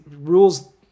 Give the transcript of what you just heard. rules